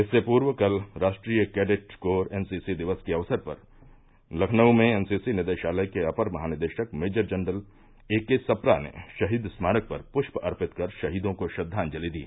इससे पूर्व कल राष्ट्रीय कैडिट कोर एनसीसी दिवस के अवसर पर लखनऊ में एनसीसी निदेशालय के अपर महानिदेशक मेजर जनरल एके सप्रा ने शहीद स्मारक पर पृष्प अर्पित कर शहीदों को श्रद्वांजलि दी